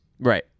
Right